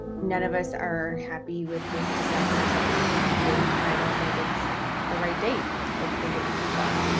none of us are happy with this december seventeenth date. and i don't think it's the right date. i think it's too far.